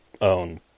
own